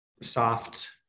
soft